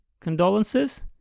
condolences